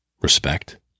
respect